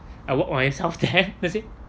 I walk myself there that's it